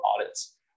audits